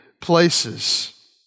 places